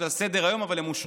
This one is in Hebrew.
הן על סדר-היום, אושרו.